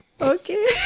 Okay